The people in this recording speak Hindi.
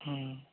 हाँ